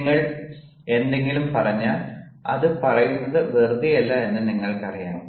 നിങ്ങൾ എന്തെങ്കിലും പറഞ്ഞാൽ അത് പറയുന്നത് വെറുതെയല്ല എന്ന് നിങ്ങൾക്കറിയാം